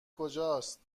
کجاست